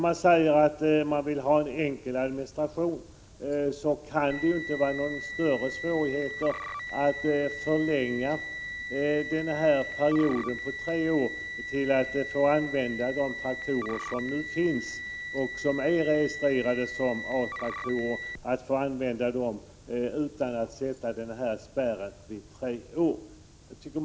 Man säger att man vill ha en enkel administration. Då kan det inte vara några större svårigheter att förlänga den här perioden så, att de traktorer som är registrerade som A-traktorer skall få användas utan att det sätts spärr vid tre år.